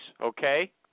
okay